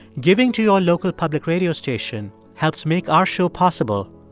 giving to your local public radio station helps make our show possible.